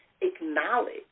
acknowledge